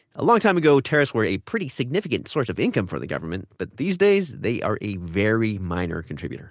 a long time ago, tariffs were a pretty significant source of income for the government, but these days, they are a very minor contributor,